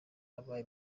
abaye